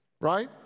right